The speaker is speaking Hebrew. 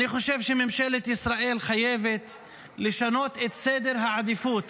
אני חושב שממשלת ישראל חייבת לשנות את סדר העדיפויות